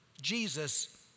Jesus